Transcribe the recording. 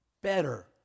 better